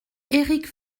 éric